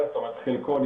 הם